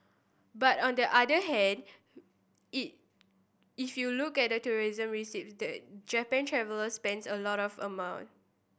but on the other hand if if you look at tourism receipt the Japan traveller spends a lot of amount